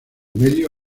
medio